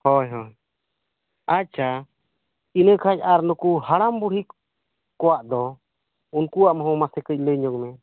ᱦᱳᱭ ᱦᱳᱭ ᱟᱪᱪᱷᱟ ᱤᱱᱟᱹ ᱠᱷᱟᱱ ᱟᱨ ᱱᱩᱠᱩ ᱦᱟᱲᱟᱢ ᱵᱩᱲᱦᱤ ᱠᱚᱣᱟᱜ ᱫᱚ ᱩᱱᱠᱩᱣᱟᱜ ᱦᱚᱸ ᱢᱟᱥᱮ ᱠᱟᱹᱡ ᱞᱟᱹᱭ ᱧᱚᱜᱢᱮ